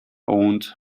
owned